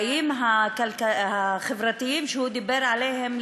האיים החברתיים שהוא דיבר עליהם,